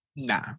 Nah